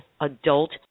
adult